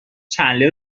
چندلر